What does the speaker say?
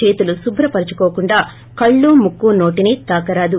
చేతులు సుభ్ర పరుచుకోకుండా కళ్ళు ముక్కు నోటిని తాకరాదు